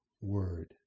word